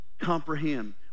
comprehend